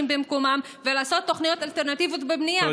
במקומם ולעשות תוכניות אלטרנטיביות בבנייה,